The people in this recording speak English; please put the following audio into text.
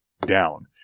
down